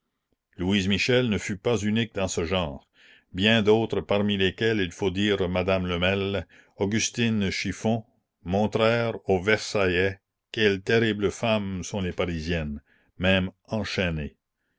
louise michel ne fut pas unique dans ce genre bien d'autres parmi lesquelles il faut dire madame lemel augustine chiffon montrèrent aux versaillais quelles terribles femmes sont les parisiennes même enchaînées